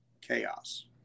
chaos